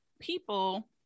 people